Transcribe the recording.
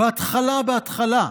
בהתחלה בהתחלה,